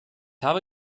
habe